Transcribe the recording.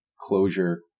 closure